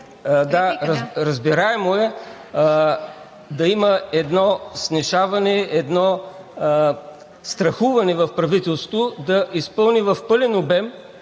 Да, разбираемо е да има едно снишаване, едно страхуване в правителството да изпълни в пълен обем